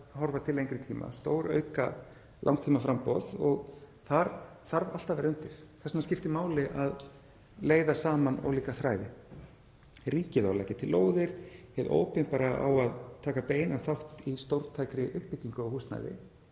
að horfa til lengri tíma, stórauka langtímaframboð og þar þarf allt að vera undir. Þess vegna skiptir máli að leiða saman ólíka þræði. Ríkið á að leggja til lóðir, hið opinbera á að taka beinan þátt í stórtækri uppbyggingu á húsnæði.